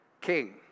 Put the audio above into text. king